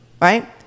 right